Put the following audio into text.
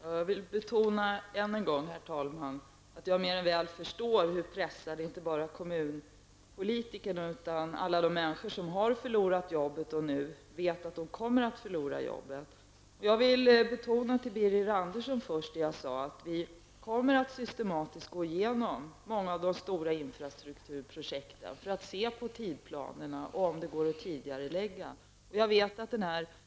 Herr talman! Jag vill än en gång betona att jag mer än väl förstår hur pressade inte bara kommunpolitikerna utan också alla de människor som förlorat sitt arbete eller vet att de kommer att förlora sitt arbete är. Vi kommer att systematiskt gå igenom många av de stora infrastrukturprojekten för att se på tidsplanerna och om det går att tidigarelägga projekten. Jag vill betona detta för Birger Andersson.